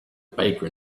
baker